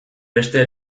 beste